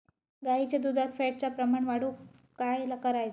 गाईच्या दुधात फॅटचा प्रमाण वाढवुक काय करायचा?